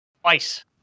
Twice